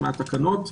מהתקנות,